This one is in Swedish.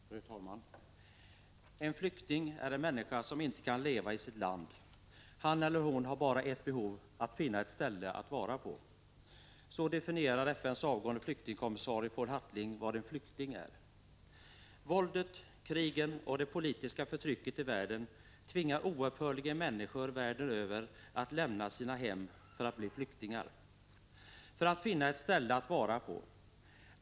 Fru talman! ”En flykting är en männsika som inte kan leva i sitt land. Han eller hon har bara ett behov — att finna ett ställe att vara på.” Så definierar FN:s avgående flyktingskommissarie Poul Hartling vad en flykting är. Våldet, krigen och det politiska förtrycket i världen tvingar oupphörligen människor världen över att lämna sina hem för att bli flyktingar — för att finna ett ställe att vara på.